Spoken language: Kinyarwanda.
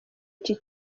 iki